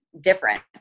different